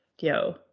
yo